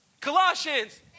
Colossians